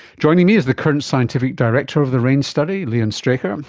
joining me is the curtin scientific director of the raine study leon straker, and